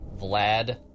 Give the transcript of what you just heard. Vlad